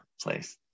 place